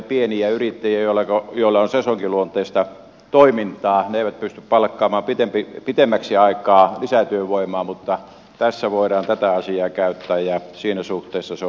jos ajatellaan semmoisia pienyrittäjiä joilla on sesonkiluonteista toimintaa he eivät pysty palkkaamaan pitemmäksi aikaa lisätyövoimaa mutta tässä voidaan tätä asiaa käyttää ja siinä suhteessa se on hyvä